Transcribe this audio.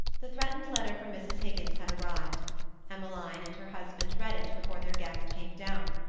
the threatened letter from mrs. higgins had arrived emmeline and her husband read it before their guest came down.